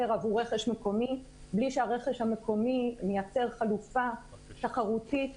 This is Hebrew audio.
עבור רכש מקומי בלי שהרכש המקומי מייצר חלופה תחרותית,